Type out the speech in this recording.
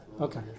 Okay